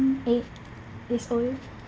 eight years old